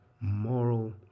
moral